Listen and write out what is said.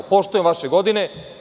Poštujem vaše godine.